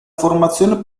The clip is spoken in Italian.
formazione